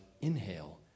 inhale